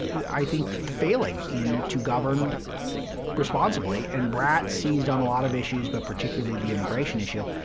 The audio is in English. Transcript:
i think, failing in to govern responsibly. and brat seized on a lot of issues, but particularly the immigration issue.